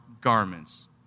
garments